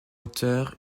acteur